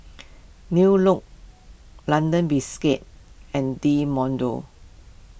New Look London Biscuits and Del Monte